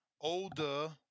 older